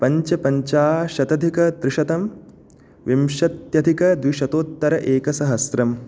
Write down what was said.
पञ्चपञ्चाशतधिकत्रिशतम् विंशत्यधिकद्विशतोत्तर एकसहस्रम्